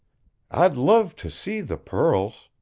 i'd love to see the pearls.